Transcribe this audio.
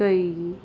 ਗਈ